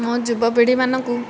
ମୁଁ ଯୁବପିଢ଼ିମାନଙ୍କୁ